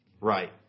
right